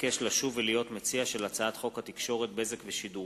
הצעת חוק מבקר